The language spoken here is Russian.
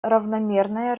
равномерное